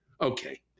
Okay